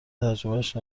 تجربهاش